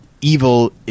evil